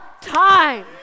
time